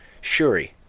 shuri